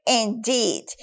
indeed